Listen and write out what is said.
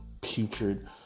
putrid